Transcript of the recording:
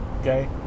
Okay